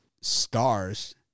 Stars